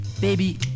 Baby